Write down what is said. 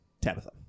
Tabitha